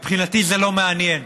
מבחינתי זה לא מעניין.